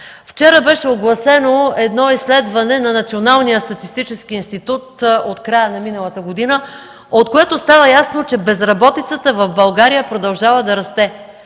Вчера беше огласено едно изследване на Националния статистически институт от края на миналата година, от което става ясно, че безработицата в България продължава да расте.